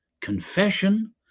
confession